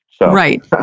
Right